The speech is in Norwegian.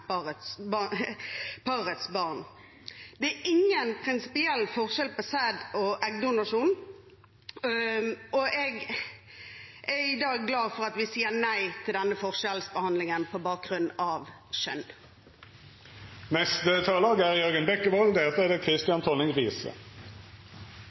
parets barn. Det er ingen prinsipiell forskjell på sæd- og eggdonasjon, og jeg er glad for at vi i dag sier nei til denne forskjellsbehandlingen på bakgrunn av kjønn. At partiene er uenige om ulike standpunkter, er